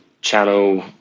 channel –